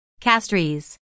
Castries